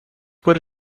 would